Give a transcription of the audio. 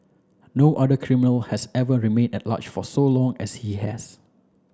no other criminal has ever remained at large for as long as he has